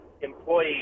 employee